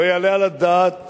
לא יעלה על הדעת